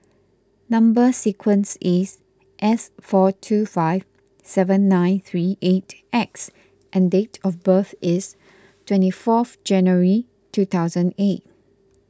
Number Sequence is S four two five seven nine three eight X and date of birth is twenty fourth January two thousand eight